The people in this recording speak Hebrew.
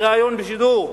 בריאיון בשידור: